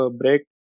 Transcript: break